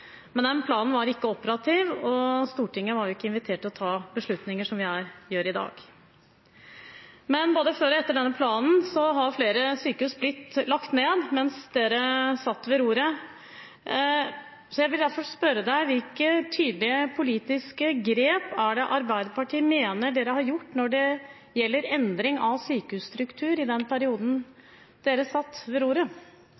Men den planen var ikke operativ, og Stortinget var ikke invitert til å ta beslutninger, som vi er i dag. Men både før og etter denne planen har flere sykehus blitt lagt ned, mens dere satt ved roret. Jeg vil derfor spørre deg: Hvilke tydelige politiske grep er det Arbeiderpartiet mener de har gjort når det gjelder endring av sykehusstruktur i den perioden